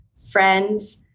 friends